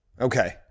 Okay